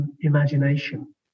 imagination